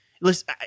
Listen